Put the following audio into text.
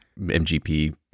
MGP